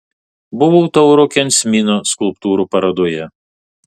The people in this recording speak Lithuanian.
buvau tauro kensmino skulptūrų parodoje